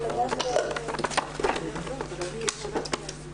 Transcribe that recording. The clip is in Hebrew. ששיתוף ציבור לא יכול להחליף את העובדה שנשים ישבו סביב השולחן בוועדות